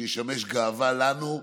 שישמש גאווה לנו,